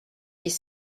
dix